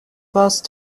vast